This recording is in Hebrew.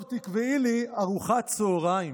טוב, תקבעי לי ארוחת צוהריים".